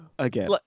Again